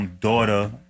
daughter